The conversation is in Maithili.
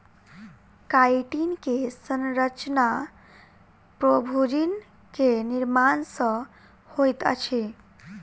काइटिन के संरचना प्रोभूजिन के निर्माण सॅ होइत अछि